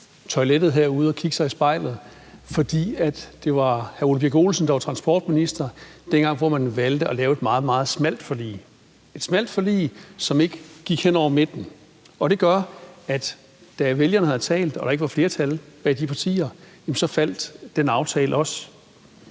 toilettet herude og kigge sig i spejlet, for det var hr. Ole Birk Olesen, der var transportminister, dengang man valgte at lave et meget, meget smalt forlig – et smalt forlig, som ikke gik hen over midten – og det gør, at da vælgerne havde talt og der ikke var flertal bag de partier, så faldt den aftale også.